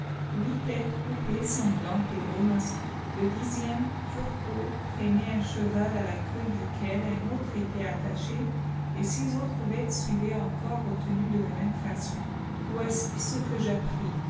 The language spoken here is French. huit têtes coupées sanglantes et grimaçantes le dixième turco traînait un cheval à la queue duquel un autre était attaché et six autres bêtes suivaient encore retenues de la même façon voici ce que j'appris